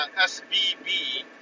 sbb